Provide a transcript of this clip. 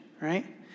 right